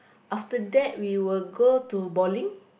after that we will go to bowling